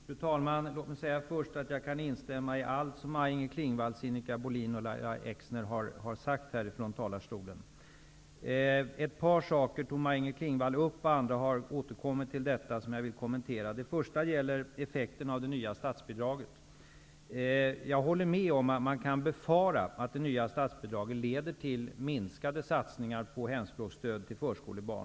Fru talman! Låt mig säga att jag kan instämma i allt som Maj-Inger Klingvall, Sinikka Bohlin och Lahja Exner har sagt här från talarstolen. Jag vill kommentera ett par saker Maj-Inger Klingvall tog upp och som andra har återkommit till. Först gäller det effekten av det nya statsbidraget. Jag håller med om att man kan befara att det nya statsbidraget leder till minskade satsningar på hemspråksstöd till förskolebarn.